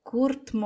Kurt